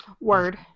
Word